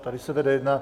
Tady se vede jedna.